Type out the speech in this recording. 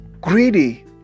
greedy